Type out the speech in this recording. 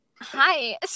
hi